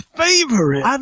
favorite